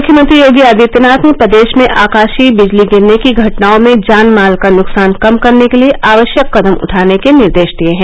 मुख्यमंत्री योगी आदित्यनाथ ने प्रदेश में आकाशीय बिजली गिरने की घटनाओं में जान माल का नुकसान कम करने के लिए आवश्यक कदम उठाने के निर्देश दिए हैं